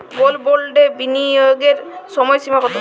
Gold বন্ডে বিনিয়োগের সময়সীমা কতো?